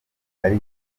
ari